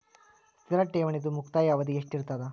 ಸ್ಥಿರ ಠೇವಣಿದು ಮುಕ್ತಾಯ ಅವಧಿ ಎಷ್ಟಿರತದ?